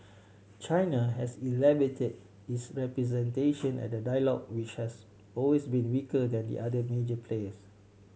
China has elevated its representation at the dialogue which has always been weaker than the other major players